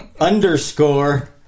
underscore